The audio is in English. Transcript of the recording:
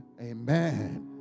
Amen